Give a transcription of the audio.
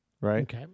right